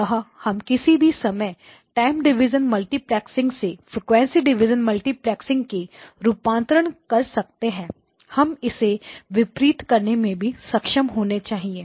अतः हम किसी भी समय टाइम डिवीज़न मल्टीप्लेक्सिंग से फ्रीक्वेंसी डिवीज़न मल्टीप्लेक्सिंग में रूपांतरित कर सकें हम इसे विपरीत करने में भी सक्षम होने चाहिए